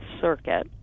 Circuit